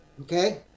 Okay